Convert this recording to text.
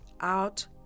out